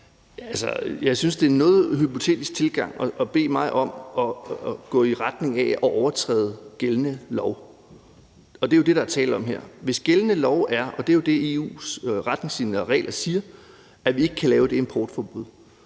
Jeg synes, at det er en noget hypotetisk tilgang at bede mig om at gå i retning af at overtræde gældende lov, og det er det, der er tale om her. Hvis gældende lov er – og det er jo det, EU's retningslinjer og regler siger – at vi ikke kan lave det her importforbud,